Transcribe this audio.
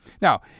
Now